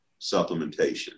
supplementation